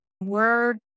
Word